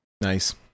Nice